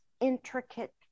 intricate